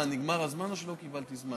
מה, נגמר הזמן או שלא קיבלתי זמן?